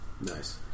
Nice